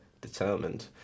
determined